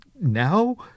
Now